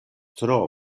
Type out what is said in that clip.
tro